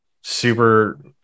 super